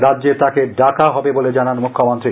রাজ্যে তাকে ডাকা হবে বলে জানান মুখ্যমন্ত্রী